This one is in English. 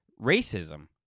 racism